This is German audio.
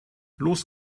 los